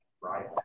right